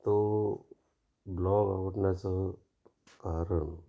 तो ब्लॉग आवडण्याचं कारण